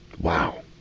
Wow